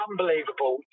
Unbelievable